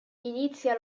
inizia